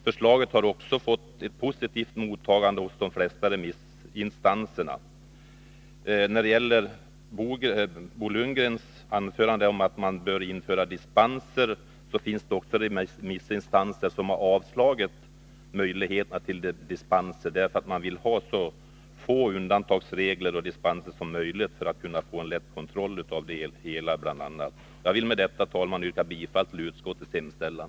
Förslaget har också fått ett positivt mottagande hos de flesta remissinstanser. Bo Lundgren anser att det bör införas möjlighet att ge dispenser. Det finns remissinstanser som har avstyrkt detta, eftersom man vill ha så få undantagsregler och dispenser som möjligt — för att det skall vara lätt att kontrollera det hela. Jag vill med detta, herr talman, yrka bifall till utskottets hemställan.